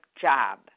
job